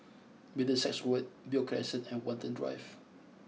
Middlesex Road Beo Crescent and Watten Drive